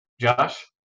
Josh